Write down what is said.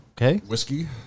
whiskey